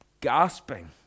gasping